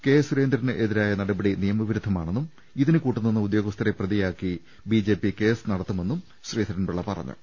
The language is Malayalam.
കെ സുരേന്ദ്രനെതിരായ നടപടി നിയമവിരുദ്ധമാണെന്നും ഇതിന് കൂട്ടുനിന്ന ഉദ്യോഗസ്ഥരെ പ്രതിയാക്കി ബി ജെ പി കേസ് നടത്തുമെന്നും ശ്രീധരൻപിള്ള പറഞ്ഞു